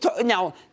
Now